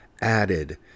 added